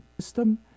system